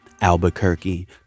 Albuquerque